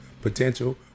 Potential